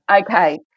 Okay